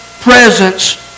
presence